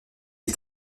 est